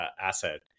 asset